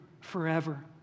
forever